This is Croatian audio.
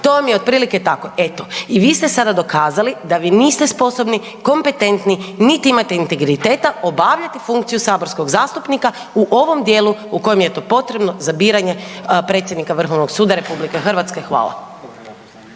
To vam je od prilike tako, eto i vi ste sada dokazali da vi niste sposobni, kompetentni niti imate integriteta obavljati funkciju saborskog zastupnika u ovom dijelu u kojem je to potrebno za biranje predsjednika Vrhovnog suda Republike Hrvatske. Hvala.